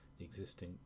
existing